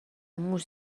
موش